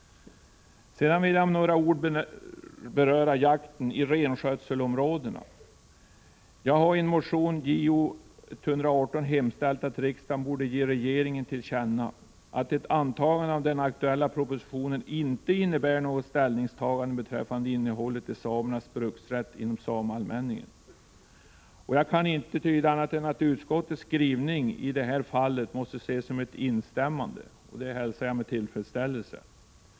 Sedan vill jag med några ord beröra frågan om jakten i renskötselområdena. Jag har i motion Jo118 hemställt att riksdagen borde ge regeringen till känna att ett antagande av den aktuella propositionen inte innebär något ställningstagande beträffande innehållet i samernas bruksrätt inom sameallmänningen. Jag kan inte tyda utskottets skrivning annat än som ett instämmande, och även detta hälsar jag med tillfredsställelse.